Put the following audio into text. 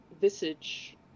visage